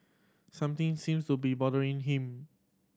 something seems to be bothering him